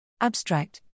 Abstract